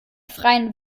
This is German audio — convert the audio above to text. freien